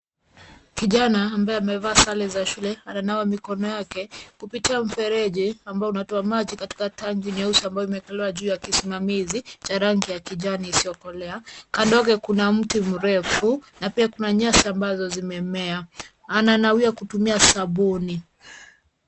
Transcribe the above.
Kijana ambaye amevaa sare za shule ananawa mikono yake kupitia mfereji ambao unatoa maji katika tanki nyeusi ambayo imewekelewa juu ya kisimamizi charangi ya kijani isiyokolea. Kando yake kuna mti mrefu na pia kuna nyasi ambazo zimemea. Ananawia kutumia sabuni.